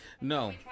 No